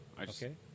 Okay